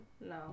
No